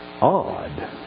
odd